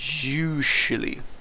usually